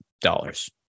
dollars